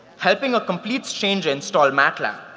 helping a complete stranger install matlab,